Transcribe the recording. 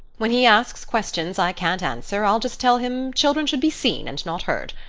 when he asks questions i can't answer i'll just tell him children should be seen and not heard.